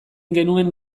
genuen